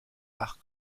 par